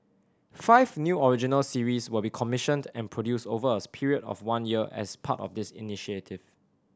five new original series will be commissioned and produced over a period of one year as part of this initiative